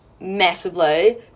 massively